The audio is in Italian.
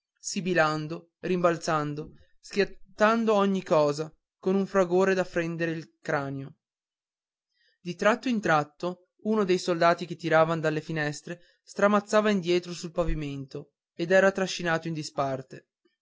sibilando rimbalzando schiantando ogni cosa con un fragore da fendere il cranio di tratto in tratto uno dei soldati che tiravan dalle finestre stramazzava indietro sul pavimento ed era trascinato in disparte